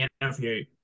interview